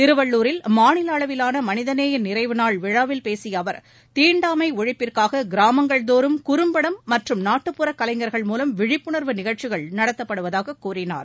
திருவள்ளூரில் மாநில அளவிலான மனிதநேய நிறைவுநாள் விழாவில் பேசிய அவர் தீண்டாமை ஒழிப்பிற்காக கிராமங்கள் தோறும் குறும்படம் மற்றும் நாட்டுப்புறக் கலைஞர்கள் மூலம் விழிப்புணர்வு நிகழ்ச்சிகள் நடத்தப்படுவதாக கூறினார்